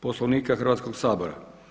Poslovnika Hrvatskoga sabora.